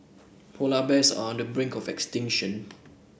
polar bears are on the brink of extinction